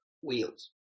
wheels